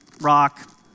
rock